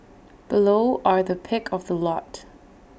below are the pick of the lot